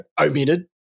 Omitted